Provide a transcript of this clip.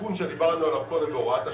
בתיקון שדיברנו עליו קודם, בהוראת השעה,